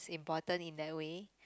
important is that way